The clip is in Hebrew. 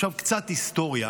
עכשיו קצת היסטוריה,